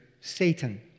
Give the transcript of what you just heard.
Satan